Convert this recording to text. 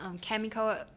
chemical